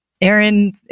Aaron